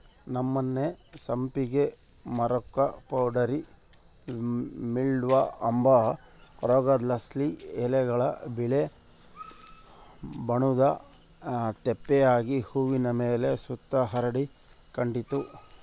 ನಮ್ಮನೆ ಸಂಪಿಗೆ ಮರುಕ್ಕ ಪೌಡರಿ ಮಿಲ್ಡ್ವ ಅಂಬ ರೋಗುದ್ಲಾಸಿ ಎಲೆಗುಳಾಗ ಬಿಳೇ ಬಣ್ಣುದ್ ತೇಪೆ ಆಗಿ ಹೂವಿನ್ ಮೇಲೆ ಸುತ ಹರಡಿಕಂಡಿತ್ತು